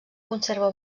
conserva